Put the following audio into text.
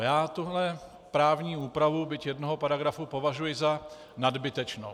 Já tuto právní úpravu, byť jednoho paragrafu, považuji za nadbytečnou.